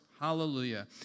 Hallelujah